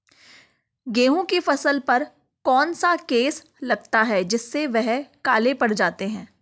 गेहूँ की फसल पर कौन सा केस लगता है जिससे वह काले पड़ जाते हैं?